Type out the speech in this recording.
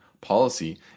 policy